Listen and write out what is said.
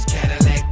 Cadillac